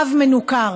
אב מנוכר: